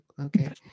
Okay